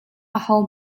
aho